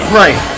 right